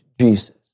Jesus